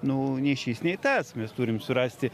nu nei šis nei tas mes turim surasti